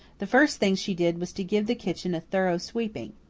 the first thing she did was to give the kitchen a thorough sweeping.